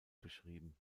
beschrieben